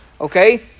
Okay